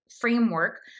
framework